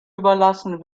überlassen